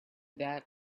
that